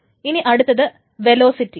ഇനി അടുത്തത് വെലോസിറ്റി